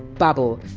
babbel,